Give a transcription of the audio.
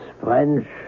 French